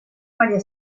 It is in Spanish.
maría